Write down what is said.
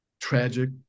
tragic